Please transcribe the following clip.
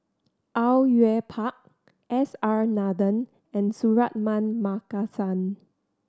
Au Yue Pak S R Nathan and Suratman Markasan